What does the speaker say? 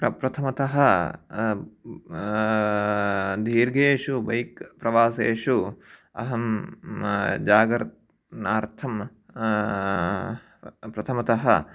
पप्रथमतः दीर्घेषु बैक् प्रवासेषु अहं जागर्नार्थं प्रथमतः